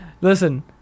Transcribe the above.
listen